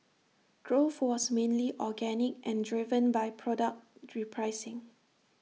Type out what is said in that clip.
growth was mainly organic and driven by product repricing